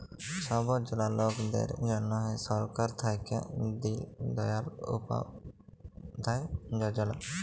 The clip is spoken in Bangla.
ছব জলা লকদের জ্যনহে সরকার থ্যাইকে দিল দয়াল উপাধ্যায় যজলা